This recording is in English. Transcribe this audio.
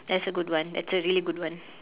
that's a good one that's a really good one